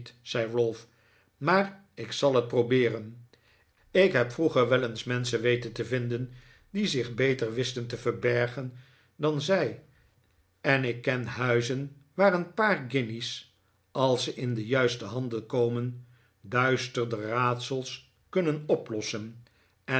zei ralph maar ik zal het probeeren ik heb vroeger wel eens menschen weten te vinden die zich beter wisten te verbergen dan zij en ik ken huizen waar een paar guinjes als ze in de juiste handen komen duisterder raadsels kunnen oplossen en